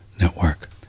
Network